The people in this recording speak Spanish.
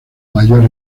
mayor